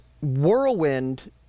whirlwind